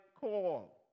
call